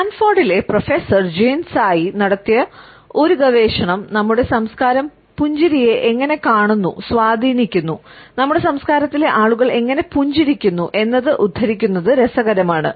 സ്റ്റാൻഫോർഡിലെ നടത്തിയ ഒരു ഗവേഷണം നമ്മുടെ സംസ്കാരം പുഞ്ചിരിയെ എങ്ങനെ കാണുന്നു സ്വാധീനിക്കുന്നു നമ്മുടെ സംസ്കാരത്തിലെ ആളുകൾ എങ്ങനെ പുഞ്ചിരിക്കുന്നു എന്നത് ഉദ്ധരിക്കുന്നത് രസകരമാണ്